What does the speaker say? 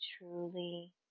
truly